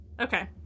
okay